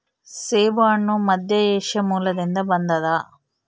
ಸೇಬುಹಣ್ಣು ಮಧ್ಯಏಷ್ಯಾ ಮೂಲದಿಂದ ಬಂದದ